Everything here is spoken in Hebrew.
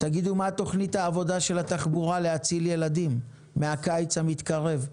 תגידו מה תוכנית העבודה של התחבורה להציל ילדים מהקיץ המתקרב,